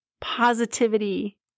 positivity